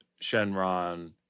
Shenron